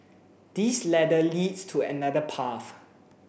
this ladder leads to another path